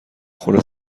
خورده